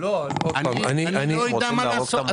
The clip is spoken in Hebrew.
אני לא אדע מה לעשות.